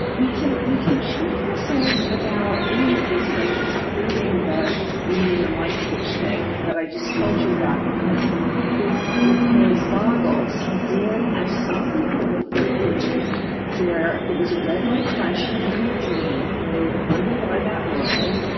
we can we can trick ourselves about any of these things including the reading and light switch thing that i just told you about because with his his goggles, he did have some people report dreams where it was a red light flashing in their dream, and they would wonder why that was,